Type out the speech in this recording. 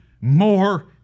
more